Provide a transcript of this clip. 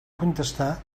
contestar